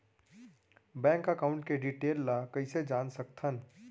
Bank account के detail ल कइसे जान सकथन?